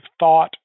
thought